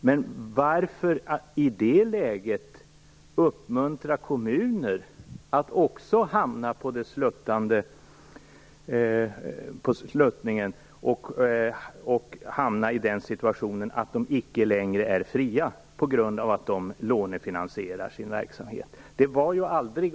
Men varför i det läget uppmuntra kommuner att också hamna på sluttningen så att de icke längre är fria på grund av lånefinansieraring av sin verksamhet?